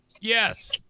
yes